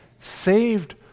saved